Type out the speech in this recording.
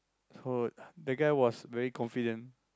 toad that guy was very confident